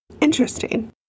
Interesting